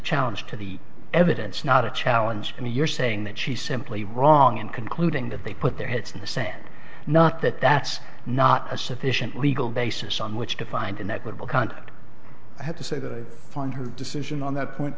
challenge to the evidence not a challenge and you're saying that she simply wrong in concluding that they put their heads in the sand not that that's not a sufficient legal basis on which to find an equitable contract i have to say that i find her decision on that point